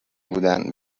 بودن